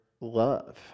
love